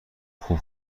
خوب